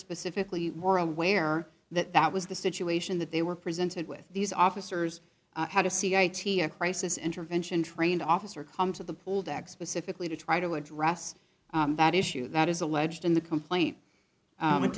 specifically more aware that that was the situation that they were presented with these officers had a c i t a crisis intervention trained officer come to the pool deck specifically to try to address that issue that is alleged in the complaint